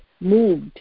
moved